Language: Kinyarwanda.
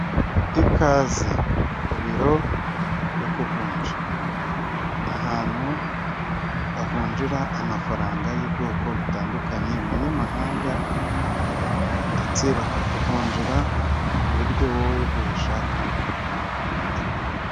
Ikaze ku biro byo kuvunja ahantu bavunjira amafaranga y'ubwoko butandukanye amanyamahanga ndetse bakakuvunjira mu buryo wowe uyashakamo.